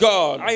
God